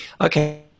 Okay